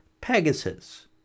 Pegasus